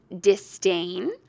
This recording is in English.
disdain